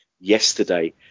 yesterday